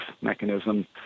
mechanism